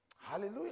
Hallelujah